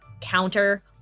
counter